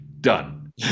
done